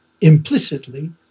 implicitly